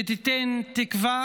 שתיתן תקווה